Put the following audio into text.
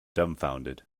dumbfounded